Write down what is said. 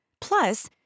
Plus